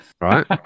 Right